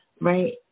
right